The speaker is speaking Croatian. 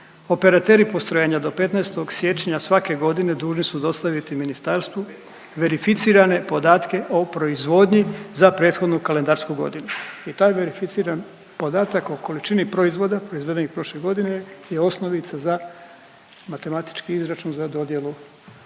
operateri postrojenja do 15. siječnja svake godine dužni su dostaviti ministarstvu verificirane podatke o proizvodnji za prethodnu kalendarsku godinu i taj verificirani podatak o količini proizvoda .../Govornik se ne razumije./... prošle godine je osnovica za matematički izračun za dodjelu